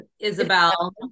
Isabel